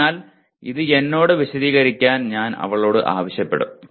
അതിനാൽ ഇത് എന്നോട് വിശദീകരിക്കാൻ ഞാൻ അവളോട് ആവശ്യപ്പെടും